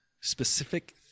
specific